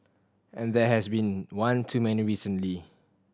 and there has been one too many recently